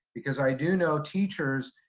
because i do know teachers,